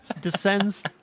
descends